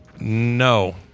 No